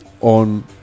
on